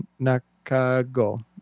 Nakago